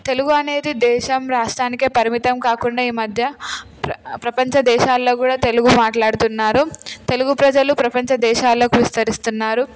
తెలుగు అనేది దేశం రాష్ట్రానికి పరిమితం కాకుండా ఈ మధ్య ప్ర ప్రపంచ దేశాల్లో కూడా తెలుగు మాట్లాడుతున్నారు తెలుగు ప్రజలు ప్రపంచ దేశాలకు విస్తరిస్తున్నారు